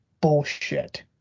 bullshit